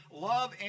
love